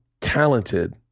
talented